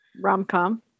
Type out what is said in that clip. rom-com